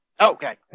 Okay